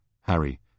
Harry